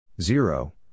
Zero